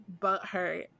butthurt